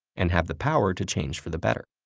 and have the power to change for the better.